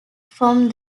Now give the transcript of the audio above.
from